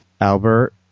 Albert